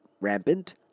rampant